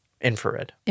infrared